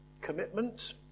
Commitment